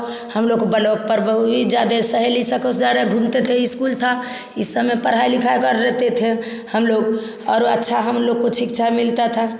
हम लोग ब्लॉक पर बहुत ही जाते सहेली सखो सरे घूमते थे स्कूल था इस समय पढ़ाई लिखाई कर रहे थे हम लोग और अच्छा हम लोग को शिक्षा मिलता था